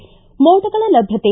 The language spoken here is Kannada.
ಿ ಮೋಡಗಳ ಲಭ್ಯತೆ